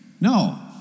No